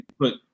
put